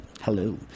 Hello